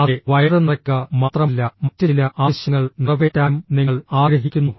അതെ വയറ് നിറയ്ക്കുക മാത്രമല്ല മറ്റ് ചില ആവശ്യങ്ങൾ നിറവേറ്റാനും നിങ്ങൾ ആഗ്രഹിക്കുന്നു